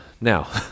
now